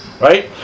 Right